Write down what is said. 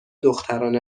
دختران